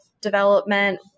development